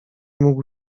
mógł